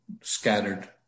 scattered